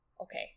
Okay